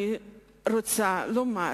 אני רוצה לומר